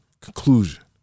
conclusion